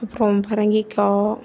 அப்புறம் பரங்கிக்காய்